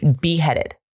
beheaded